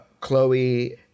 Chloe